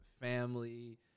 family